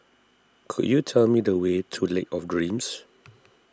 could you tell me the way to Lake of Dreams